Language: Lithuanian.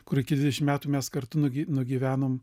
kur iki dvidešim metų mes kartu nugi nugyvenom